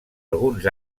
alguns